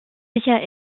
sicher